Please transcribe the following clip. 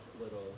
little